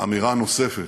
אמירה נוספת,